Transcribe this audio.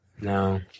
No